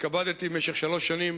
התכבדתי במשך שלוש שנים